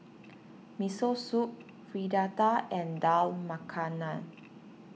Miso Soup Fritada and Dal Makhani